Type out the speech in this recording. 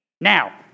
Now